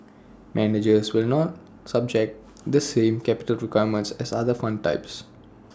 managers will not subject to the same capital requirements as other fund types